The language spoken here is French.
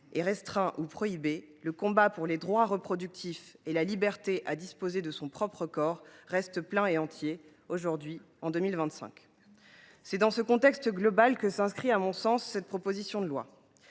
est restreint, voire bafoué, le combat pour les droits reproductifs et la liberté à disposer de son propre corps reste plein et entier, aujourd’hui, en 2025. C’est dans ce contexte global que s’inscrit, à mon sens, le présent texte,